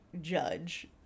judge